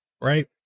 Right